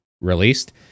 released